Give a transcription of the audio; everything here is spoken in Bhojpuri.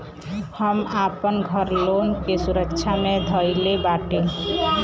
हम आपन घर लोन के सुरक्षा मे धईले बाटी